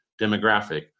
demographic